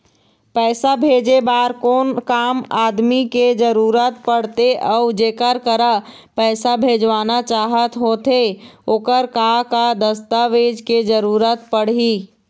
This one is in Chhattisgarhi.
पैसा भेजे बार कोन कोन आदमी के जरूरत पड़ते अऊ जेकर करा पैसा भेजवाना चाहत होथे ओकर का का दस्तावेज के जरूरत पड़ही?